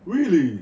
really